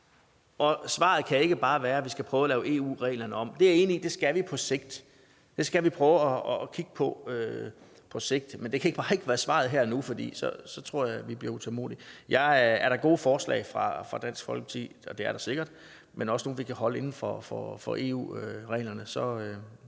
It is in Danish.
Og svaret kan ikke bare være, at vi skal prøve at lave EU-reglerne om. Det er jeg enig i at vi skal på sigt. Vi skal prøve at kigge på det på sigt, men det kan ikke bare være svaret her og nu, for så tror jeg, vi bliver utålmodige. Er der gode forslag fra Dansk Folkeparti, og det er der sikkert – altså også nogle, vi kan holde inden for EU-reglerne – så